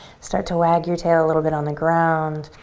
start to wag your tail a little bit on the ground.